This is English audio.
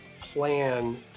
plan